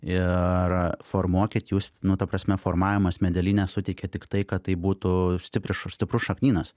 ir formuokit jūs nu ta prasme formavimas medelyne suteikia tik tai kad tai būtų stipri ša stiprus šaknynas